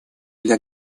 для